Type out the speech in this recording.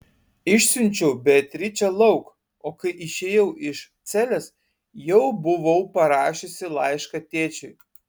išsiunčiau beatričę lauk o kai išėjau iš celės jau buvau parašiusi laišką tėčiui